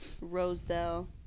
Rosedale